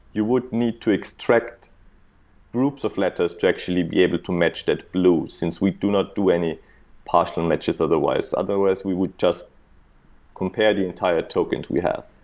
you would need to extract groups of letters to actually be able to match that blue, since we do not do any partial and matches otherwise. otherwise we would just compare the entire tokens we have.